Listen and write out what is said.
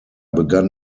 begann